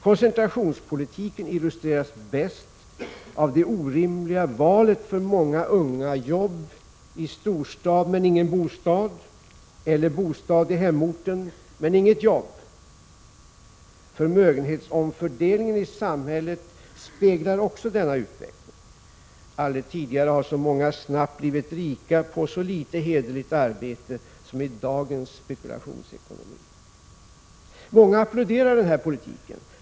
Koncentrationspolitiken illustreras bäst av det orimliga valet för många unga: jobb i storstad men ingen bostad, eller bostad i hemorten men inget jobb. Förmögenhetsomfördelningen i samhället speglar också denna utveckling; aldrig tidigare har så många snabbt blivit rika på så litet hederligt arbete som med dagens spekulationsekonomi. Många applåderar denna politik.